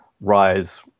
rise